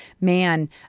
man